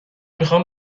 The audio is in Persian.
میخام